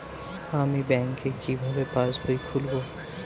আমি ব্যাঙ্ক কিভাবে পাশবই খুলব?